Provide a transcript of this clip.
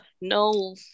no